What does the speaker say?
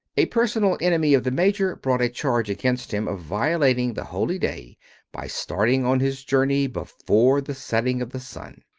a personal enemy of the major's brought a charge against him of violating the holy day by starting on his journey before the setting of the sun.